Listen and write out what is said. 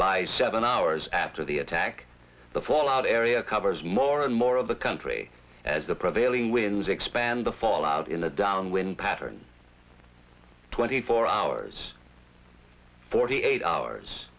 by seven hours after the attack the fallout area covers more more of the country as the prevailing winds expand the fallout in a downwind pattern twenty four hours forty eight hours